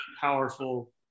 powerful